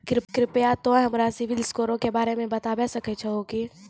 कृपया तोंय हमरा सिविल स्कोरो के बारे मे बताबै सकै छहो कि?